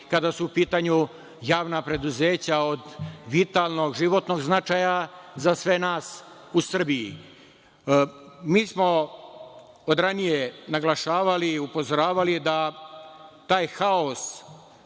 kada su u pitanju javna preduzeća od vitalnog, životnog značaja za sve nas u Srbiji. Mi smo od ranije naglašavali i upozoravali da taj haos,